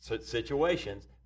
situations